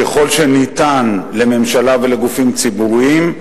ככל שניתן לממשלה ולגופים ציבוריים,